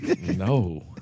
No